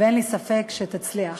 ואין לי ספק שתצליח.